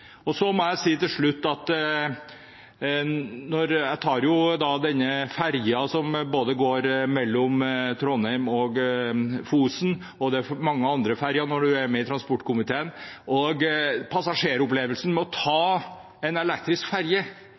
Til slutt: Jeg tar ferja som går mellom Trondheim og Fosen – og det er mange andre ferjer når du er med i transportkomiteen – og passasjeropplevelsen med å ta en elektrisk ferje,